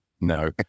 no